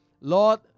Lord